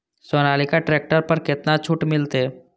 Sonalika tractor पर केतना छूट मिलते?